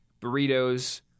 burritos